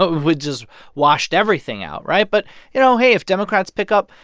but which just washed everything out, right? but you know, hey, if democrats pick up,